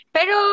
Pero